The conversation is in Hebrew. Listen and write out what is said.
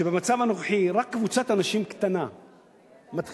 במצב הנוכחי רק קבוצת אנשים קטנה מצליחה